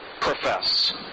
profess